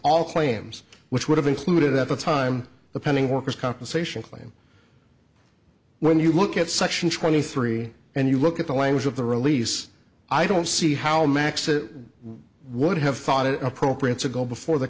all claims which would have included at the time the pending workers compensation claim when you look at section twenty three and you look at the language of the release i don't see how max that would have thought it appropriate to go before the